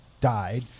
died